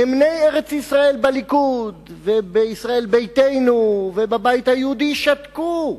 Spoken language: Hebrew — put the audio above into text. נאמני ארץ-ישראל בליכוד ובישראל ביתנו ובבית היהודי שתקו.